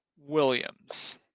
Williams